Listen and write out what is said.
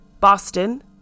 Boston